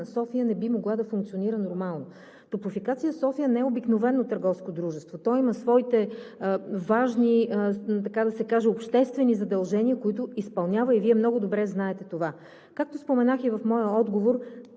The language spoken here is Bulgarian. София не би могла да функционира нормално. „Топлофикация София“ не е обикновено търговско дружество. То има своите важни обществени задължения, които изпълнява, и Вие много добре знаете това. Както споменах и в моя отговор,